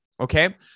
Okay